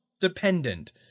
dependent